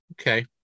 Okay